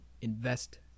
invest